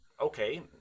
okay